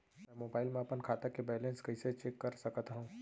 मैं मोबाइल मा अपन खाता के बैलेन्स कइसे चेक कर सकत हव?